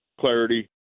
clarity